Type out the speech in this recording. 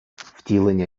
втілення